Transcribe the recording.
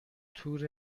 تور